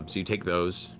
um so you take those,